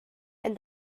and